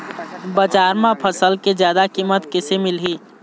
बजार म फसल के जादा कीमत कैसे मिलही?